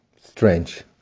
strange